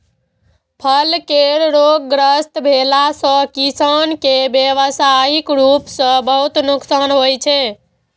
फल केर रोगग्रस्त भेला सं किसान कें व्यावसायिक रूप सं बहुत नुकसान होइ छै